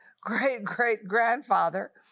great-great-grandfather